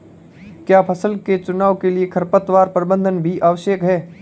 क्या फसल के चुनाव के लिए खरपतवार प्रबंधन भी आवश्यक है?